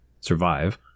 survive